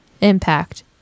impact